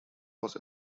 was